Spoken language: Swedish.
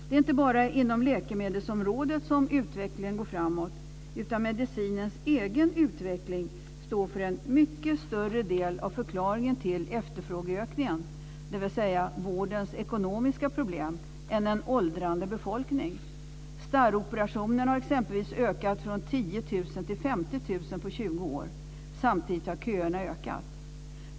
Det är inte bara på läkemedelsområdet som utvecklingen går framåt, utan medicinens egen utveckling står för en mycket större del av förklaringen till efterfrågeökningen, dvs. vårdens ekonomiska problem, än en åldrande befolkning gör. Starroperationer har exempelvis ökat från 10 000 till 50 000 på 20 år. Samtidigt har köerna ökat.